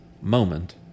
moment